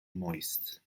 moist